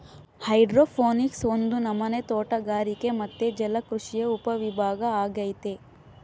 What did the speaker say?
hydroponics ಒಂದು ನಮನೆ ತೋಟಗಾರಿಕೆ ಮತ್ತೆ ಜಲಕೃಷಿಯ ಉಪವಿಭಾಗ ಅಗೈತೆ